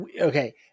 okay